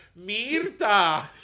Mirta